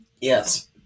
Yes